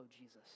Jesus